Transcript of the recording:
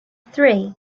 three